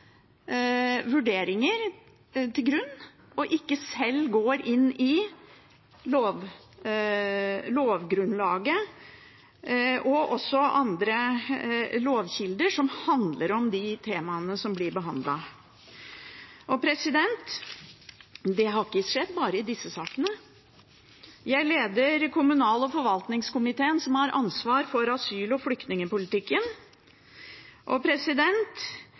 vurderinger til grunn og ikke selv går inn i lovgrunnlaget og andre lovkilder som handler om de temaene som blir behandlet. Og det har ikke skjedd bare i disse sakene. Jeg leder kommunal- og forvaltningskomiteen, som har ansvar for asyl- og